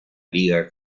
liga